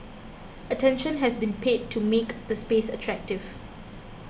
attention has been paid to make the space attractive